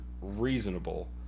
reasonable